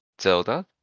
Zelda